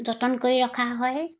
যতন কৰি ৰখা হয়